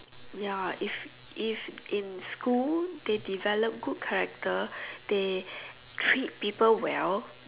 ya if if in school they develop good character they treat people well